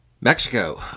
Mexico